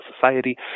society